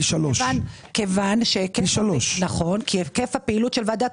פי 3. נכון כי היקף הפעילות של ועדת